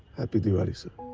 happy diwali sir.